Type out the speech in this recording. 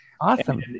Awesome